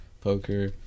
poker